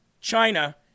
China